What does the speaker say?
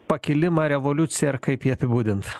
pakilimą revoliuciją ar kaip jį apibūdint